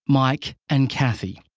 mike and kathy.